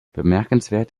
bemerkenswert